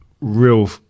real